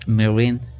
marine